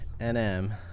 NM